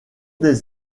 des